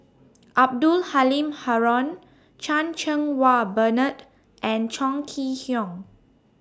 Abdul Halim Haron Chan Cheng Wah Bernard and Chong Kee Hiong